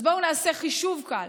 אז בואו נעשה חישוב קל: